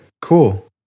cool